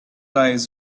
eyes